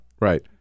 Right